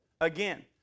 Again